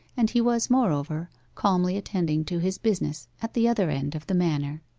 and he was, moreover, calmly attending to his business at the other end of the manor.